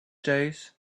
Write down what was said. days